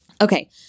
Okay